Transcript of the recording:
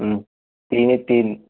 तीनही तीन